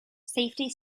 safety